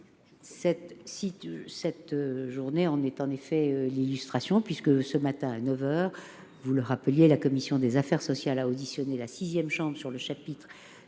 Cette journée en est l'illustration, puisque ce matin à neuf heures, la commission des affaires sociales a auditionné la sixième chambre sur le chapitre